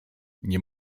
nie